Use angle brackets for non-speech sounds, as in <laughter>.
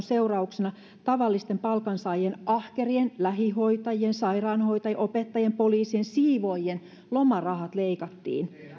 <unintelligible> seurauksena tavallisten palkansaajien ahkerien lähihoitajien sairaanhoitajien opettajien poliisien siivoojien lomarahat leikattiin